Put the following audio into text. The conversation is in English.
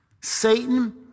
satan